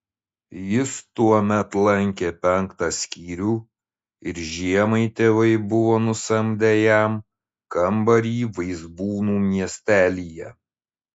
jis tuomet lankė penktą skyrių ir žiemai tėvai buvo nusamdę jam kambarį vaizbūnų miestelyje